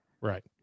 Right